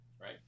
right